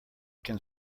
can